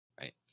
right